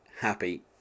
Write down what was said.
happy